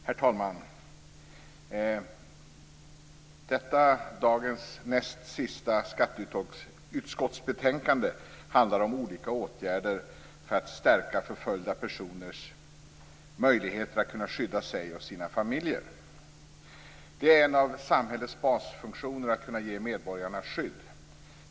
Herr talman! Detta dagens näst sista skatteutskottsbetänkande handlar om olika åtgärder för att stärka förföljda personers möjligheter att skydda sig och sina familjer. Det är en av samhällets basfunktioner att kunna ge medborgarna skydd.